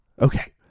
okay